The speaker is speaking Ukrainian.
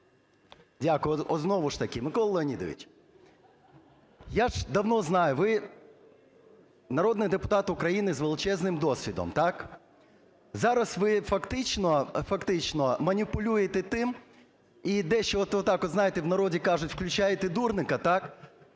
Дякую. От знову ж таки, Миколо Леонідович, я ж давно знаю, ви – народний депутат України з величезним досвідом – так? Зараз ви фактично, фактично маніпулюєте тим і дещо так от, знаєте, в народі кажуть, "включаєте дурника" – так?